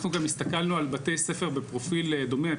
אנחנו גם הסתכלנו על בתי ספר בפרופיל דומה,